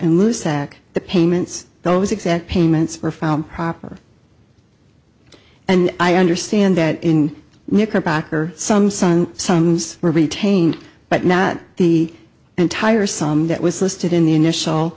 and lose that the payments those exact payments are found proper and i understand that in the knickerbocker some son sons were retained but not the entire sum that was listed in the initial